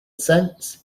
sense